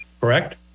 correct